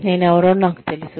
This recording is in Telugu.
నేనెవరో నాకు తెలుసు